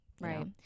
Right